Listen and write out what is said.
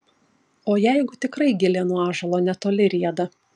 o jeigu tikrai gilė nuo ąžuolo netoli rieda